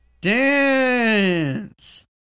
Dance